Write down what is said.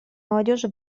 молодежи